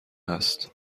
هست